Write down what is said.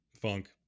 funk